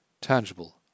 tangible